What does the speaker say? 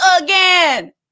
again